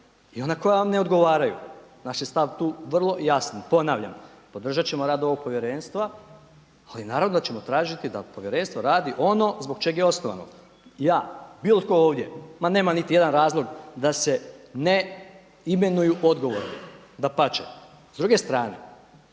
i ona koja vam ne odgovaraju. Naš je stav tu vrlo jasan. Ponavljam, podržati ćemo rad ovog povjerenstva ali naravno da ćemo tražiti da povjerenstvo radi ono zbog čega je osnovano. Ja, bilo tko ovdje, ma nema niti jedan razlog da se ne imenuju odgovorni, dapače. S druge strane